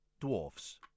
dwarfs